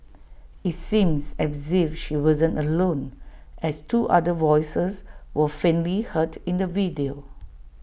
IT seems as if she wasn't alone as two other voices were faintly heard in the video